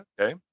Okay